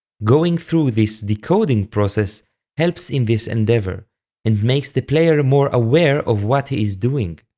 going through this decoding process helps in this endeavor and makes the player more aware of what he is doing.